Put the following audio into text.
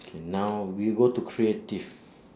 K now we'll go to creative